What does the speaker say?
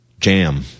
jam